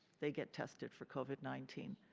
they get tested for covid nineteen.